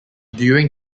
during